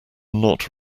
not